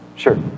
Sure